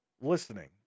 listening